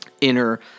inner